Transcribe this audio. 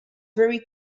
very